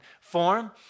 form